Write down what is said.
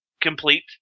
complete